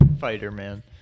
fighter-man